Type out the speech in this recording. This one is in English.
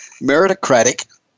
meritocratic